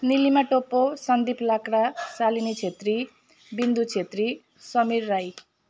Nilima Toppo Sandip Lakra Salini Chhetri Bindu Chhetri Samir Rai